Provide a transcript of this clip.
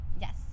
Yes